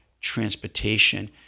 transportation